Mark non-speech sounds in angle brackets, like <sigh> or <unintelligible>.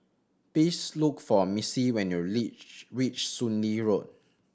please look for Missie when you <unintelligible> reach Soon Lee Road